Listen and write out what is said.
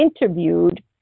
interviewed